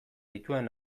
dituen